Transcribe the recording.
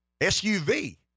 SUV